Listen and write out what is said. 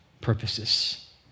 purposes